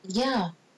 ya